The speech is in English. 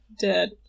dead